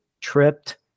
tripped